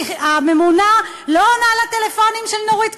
כי הממונה לא עונה לטלפונים של נורית קורן?